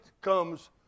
comes